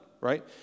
right